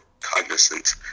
cognizant